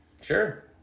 Sure